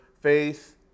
faith